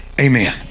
Amen